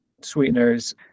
sweeteners